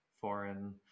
foreign